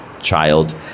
child